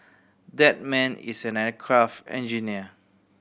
that man is an aircraft engineer